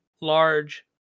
large